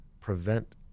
prevent